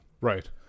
Right